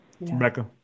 Rebecca